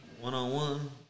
One-on-one